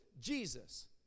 Jesus